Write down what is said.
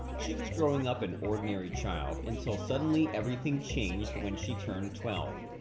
she was growing up an ordinary child until suddenly everything changed when she turned twelve.